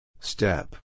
Step